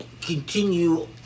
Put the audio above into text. continue